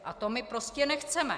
A to my prostě nechceme.